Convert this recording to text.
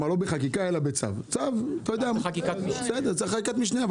צו זה חקיקת משנה.